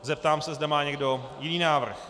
Zeptám se, zda má někdo jiný návrh.